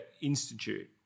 Institute